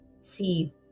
see